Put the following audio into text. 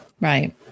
Right